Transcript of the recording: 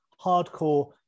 hardcore